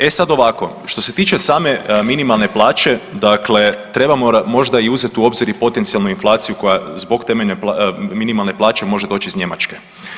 E sad ovako, što se tiče same minimalne plaće trebamo možda uzeti u obzir i potencijalnu inflaciju koja zbog te minimalne plaće može doći iz Njemačke.